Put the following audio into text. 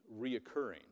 reoccurring